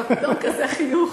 לא כל יום כזה חיוך.